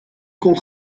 kon